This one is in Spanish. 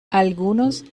algunos